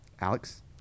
Alex